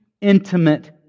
intimate